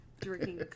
drinking